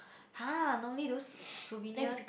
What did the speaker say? !huh! no need those souvenir